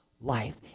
life